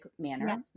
manner